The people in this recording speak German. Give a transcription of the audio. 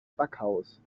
backhaus